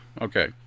Okay